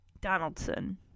Donaldson